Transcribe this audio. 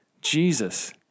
Jesus